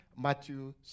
Matthew